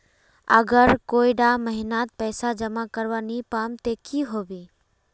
अगर कोई डा महीनात पैसा जमा करवा नी पाम ते की होबे?